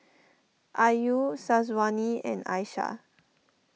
Ayu Syazwani and Aishah